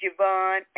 Javon